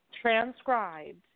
transcribed